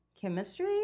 chemistry